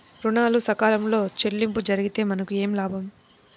ఋణాలు సకాలంలో చెల్లింపు జరిగితే మనకు ఏమి లాభం?